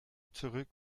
zurück